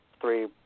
three